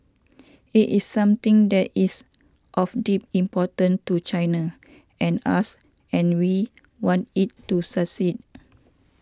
it is something that is of deep importance to China and us and we want it to succeed